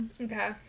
Okay